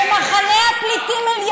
במחנה הפליטים אל-ירמוכ,